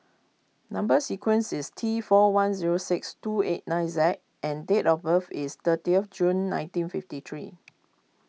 Number Sequence is T four one zero six two eight nine Z and date of birth is thirtieth June nineteen fifty three